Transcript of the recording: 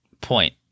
point